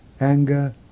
anger